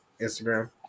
Instagram